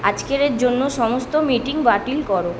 আজকেরের জন্য সমস্ত মিটিং বাতিল করো